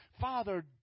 Father